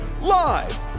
live